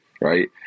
right